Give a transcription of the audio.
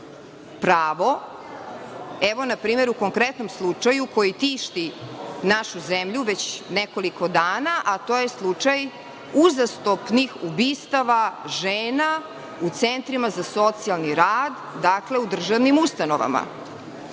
pravo evo, npr, u konkretnom slučaju koje tišti našu zemlju već nekoliko dana, a to je slučaj uzastopnih ubistava žena u centrima za socijalni rad, dakle u državnim ustanovama. Da